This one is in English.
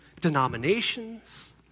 denominations